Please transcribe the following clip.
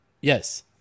Yes